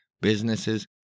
businesses